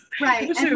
Right